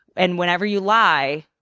and whenever you lie,